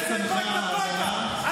על זה צווחה העזרה,